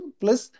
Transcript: plus